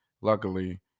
luckily